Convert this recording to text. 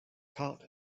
caught